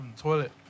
toilet